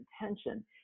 intention